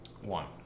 One